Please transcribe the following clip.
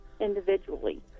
individually